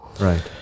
Right